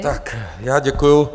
Tak já děkuju.